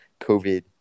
covid